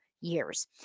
years